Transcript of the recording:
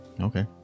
Okay